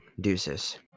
Deuces